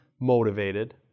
motivated